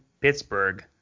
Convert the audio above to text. Pittsburgh